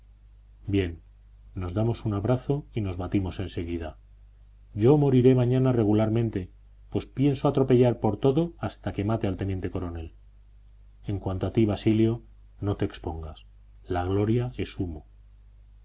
amigos bien nos damos un abrazo y nos batimos en seguida yo moriré mañana regularmente pues pienso atropellar por todo hasta que mate al teniente coronel en cuanto a ti basilio no te expongas la gloria es humo